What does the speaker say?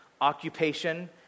occupation